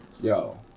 Yo